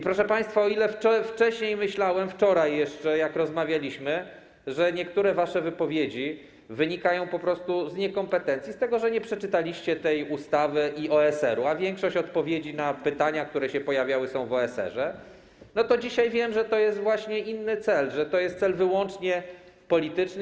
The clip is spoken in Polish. Proszę państwa, o ile wcześniej, wczoraj jeszcze, jak rozmawialiśmy, myślałem, że niektóre wasze wypowiedzi wynikają po prostu z niekompetencji, z tego, że nie przeczytaliście tej ustawy i OSR-u - a większość odpowiedzi na pytania, które się pojawiały, jest w OSR - o tyle dzisiaj wiem, że to jest właśnie inny cel, to jest cel wyłącznie polityczny.